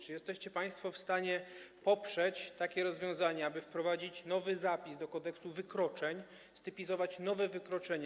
Czy jesteście państwo w stanie poprzeć takie rozwiązanie, aby wprowadzić nowy zapis do Kodeksu wykroczeń, stypizować nowe wykroczenie?